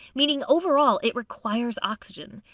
meaning overall, it requires oxygen.